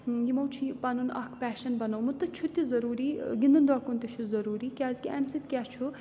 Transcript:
یِمو چھُ یہِ پَنُن اَکھ پیشَن بَنومُت تہٕ چھُ تہِ ضوٚروٗری گِنٛدُن درۄکُن تہِ چھُ ضوٚروٗری کیازِکہِ امہِ سۭتۍ کیاہ چھُ